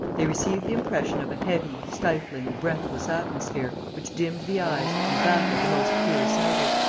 they received the impression of a heavy, stifling, breathless atmosphere, which dimmed the eyes and baffled the most clear-sighted.